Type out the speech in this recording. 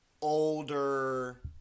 older